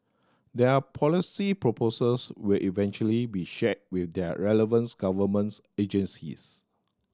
their policy proposals will eventually be shared with their relevance governments agencies